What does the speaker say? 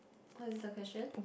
what is the question